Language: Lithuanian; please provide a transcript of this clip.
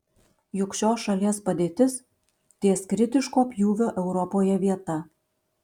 juk šios šalies padėtis ties kritiško pjūvio europoje vieta